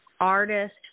artist